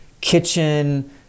kitchen